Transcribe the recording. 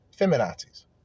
feminazis